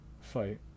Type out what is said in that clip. fight